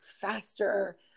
faster